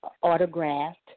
autographed